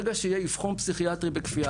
ברגע שיהיה אבחון פסיכיאטרי בכפייה,